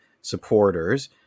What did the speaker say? supporters